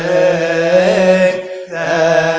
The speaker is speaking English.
a